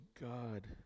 God